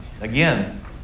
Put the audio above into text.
again